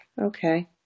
Okay